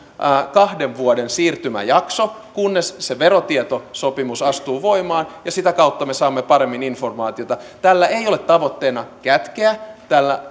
kahden vuoden siirtymäjakso kunnes se verotietosopimus astuu voimaan ja sitä kautta me saamme paremmin informaatiota tällä ei ole tavoitteena kätkeä tällä